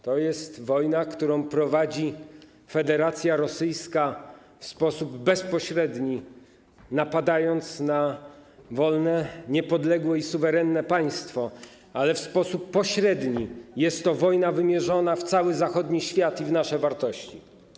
To jest wojna, którą prowadzi Federacja Rosyjska, w sposób bezpośredni napadając na wolne, niepodległe i suwerenne państwo, ale w sposób pośredni jest to wojna wymierzona w cały zachodni świat i w nasze wartości.